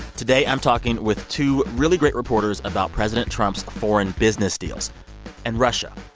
today, i'm talking with two really great reporters about president trump's foreign business deals and russia.